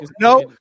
No